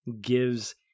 gives